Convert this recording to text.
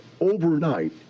overnight